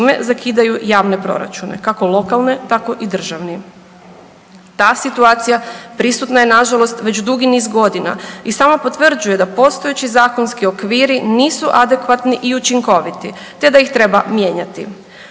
adekvatni i učinkoviti te da ih treba mijenjati.